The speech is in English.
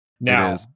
now